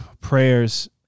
prayers